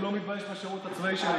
מנסור עבאס ואתה ציונים.